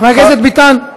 חבר הכנסת ביטן,